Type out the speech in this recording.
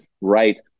Right